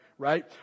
Right